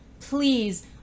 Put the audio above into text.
please